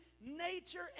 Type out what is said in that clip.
nature